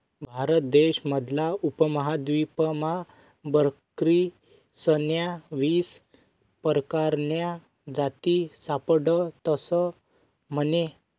भारत देश मधला उपमहादीपमा बकरीस्न्या वीस परकारन्या जाती सापडतस म्हने